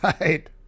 Right